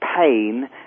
pain